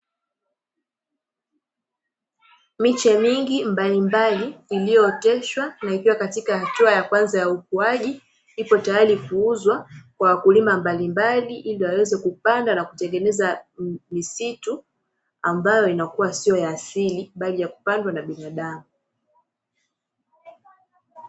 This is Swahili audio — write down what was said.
Miche mingi mbalimbali iliyooteshwa na ikiwa katika hatua ya kwanza ya ukuaji, ipo tayari kuuzwa kwa wakulima mbalimbali ili waweze kupanda na kutengeneza misitu ambayo inakuwa sio ya asili bali ya kupandwa na binadamu.